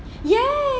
yes